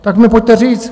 Tak mi pojďte říct...